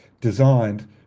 designed